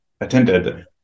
attended